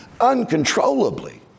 uncontrollably